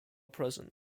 present